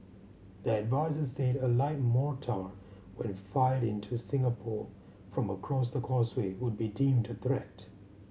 the adviser said a light mortar when fired into Singapore from across the causeway would be deemed a threat